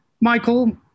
Michael